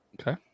Okay